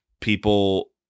people